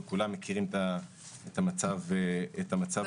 וכולם מכירים את המצב בשוק העבודה.